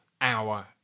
hour